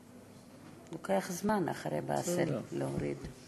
לוקח זמן אחרי באסל להוריד.